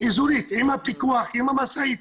עם הפיקוח, עם המשאית.